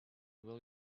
will